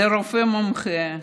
לרופא מומחה,